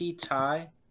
tie